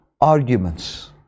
arguments